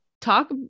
talk